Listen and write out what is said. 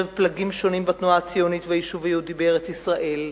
פלגים שונים בתנועה הציונית והיישוב היהודי בארץ-ישראל,